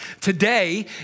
Today